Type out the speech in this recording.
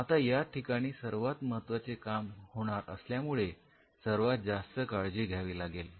आता या ठिकाणी सर्वात महत्त्वाचे काम होणार असल्यामुळे सर्वात जास्त काळजी घ्यावी लागेल